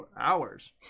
hours